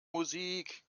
musik